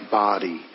body